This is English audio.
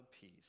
peace